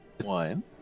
one